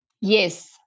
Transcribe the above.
Yes